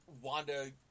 Wanda